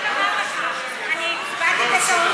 כן, בבקשה.